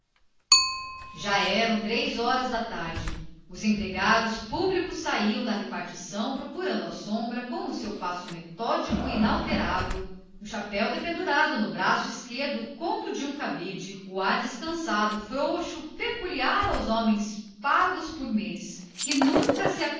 já das três da tarde os empregados públicos saíam da repartição procurando a sombra com o seu passo metódico e inalterável o chapéu de sol dependurado no braço esquerdo como de um cabide o ar descansado e indiferente dos homens pagos por mês que nunca se